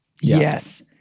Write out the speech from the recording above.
Yes